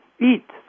eat